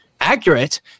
accurate